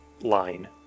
line